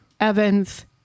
Evans